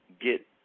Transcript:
get